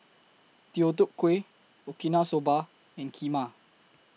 Deodeok Gui Okinawa Soba and Kheema